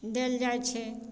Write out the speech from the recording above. देल जाइ छै